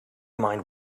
mind